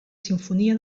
simfonia